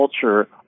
culture